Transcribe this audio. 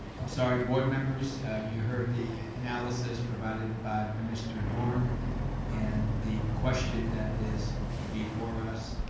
i'm sorry, board members, have you heard the analysis provided by mr. doran and the question that is ah before us?